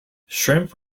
shrimp